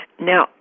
Now